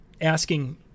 asking